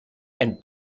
and